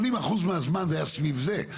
80% מהזמן זה היה סביב זה.